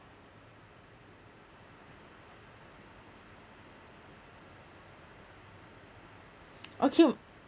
okay